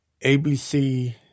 ABC